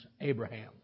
Abraham